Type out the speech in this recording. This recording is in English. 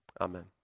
amen